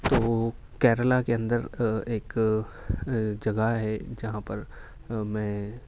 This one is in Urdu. تو کیرلا کے اندر ایک جگہ ہے جہاں پر میں